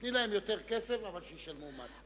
תני להם יותר כסף, אבל שישלמו מס.